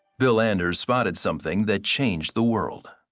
bill anders spotted something that changed the world.